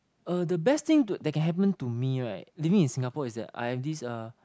uh the best thing to that can happen to me right living in Singapore is that I have this uh